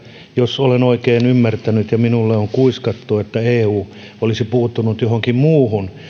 jos olen oikein ymmärtänyt niin minulle on kuiskattu että eu olisi puuttunut johonkin muuhun